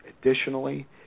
Additionally